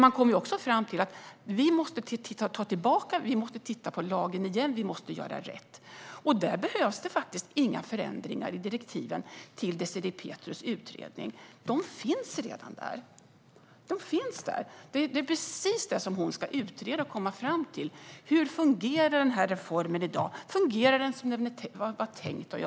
Man kommer också fram till att vi måste dra tillbaka, titta på lagen igen och göra rätt. Men det behövs inga förändringar i direktiven till Désirée Pethrus utredning. Det finns redan där. Det hon ska utreda och komma fram till är just hur reformen fungerar. Fungerar den som det var tänkt?